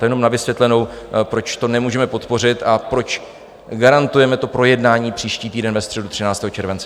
To jenom na vysvětlenou, proč to nemůžeme podpořit a proč garantujeme projednání příští týden ve středu 13. července.